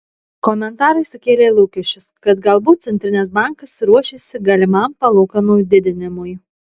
komentarai sukėlė lūkesčius kad galbūt centrinis bankas ruošiasi galimam palūkanų didinimui